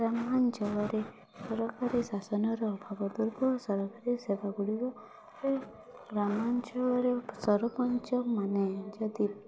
ଗ୍ରାମାଞ୍ଚଳରେ ସରକାରୀ ଶାସନର ଅଭାବ ସରକାରୀ ସେବା ଗୁଡ଼ିକରେ ଗ୍ରାମାଞ୍ଚଳର ସରପଞ୍ଚ ମାନେ ଯଦି